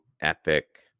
epic